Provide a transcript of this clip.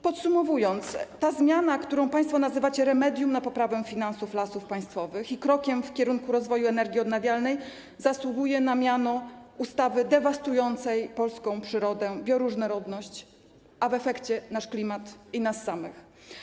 Podsumowując, ta zmiana, którą państwo nazywacie remedium na poprawę finansów Lasów Państwowych i krokiem w kierunku rozwoju energii odnawialnej, zasługuje na miano ustawy dewastującej polską przyrodę, bioróżnorodność, a w efekcie - nasz klimat i nas samych.